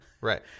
Right